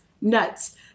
nuts